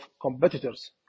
competitors